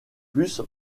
plus